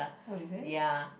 oh is it